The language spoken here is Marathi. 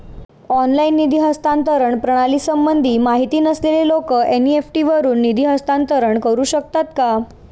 ऑनलाइन निधी हस्तांतरण प्रणालीसंबंधी माहिती नसलेले लोक एन.इ.एफ.टी वरून निधी हस्तांतरण करू शकतात का?